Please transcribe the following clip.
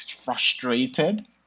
frustrated